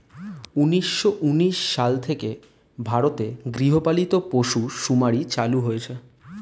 উন্নিশো উনিশ সাল থেকে ভারতে গৃহপালিত পশু শুমারি চালু হয়েছে